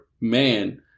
man